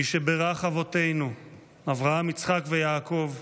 "מי שבירך אבותינו, אברהם יצחק ויעקב,